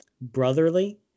brotherly